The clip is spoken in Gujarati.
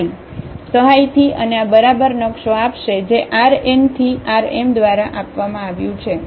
આ Tei' સહાયથી અને આ બરાબર નકશો આપશે જે RnRmદ્વારા આ આપવામાં આવ્યું છ